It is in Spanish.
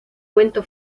cuento